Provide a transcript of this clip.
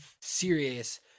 serious